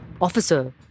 officer